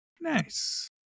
Nice